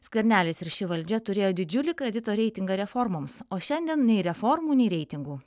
skvernelis ir ši valdžia turėjo didžiulį kredito reitingą reformoms o šiandien nei reformų nei reitingų